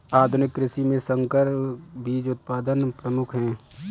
आधुनिक कृषि में संकर बीज उत्पादन प्रमुख है